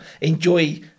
enjoy